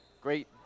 Great